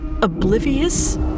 Oblivious